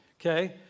okay